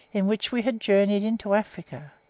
in which we had journeyed into africa,